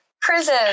Prison